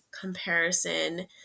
Comparison